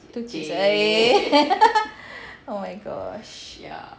eh oh my gosh